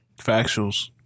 Factuals